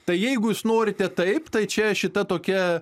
tai jeigu jūs norite taip tai čia šita tokia